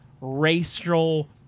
racial